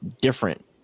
different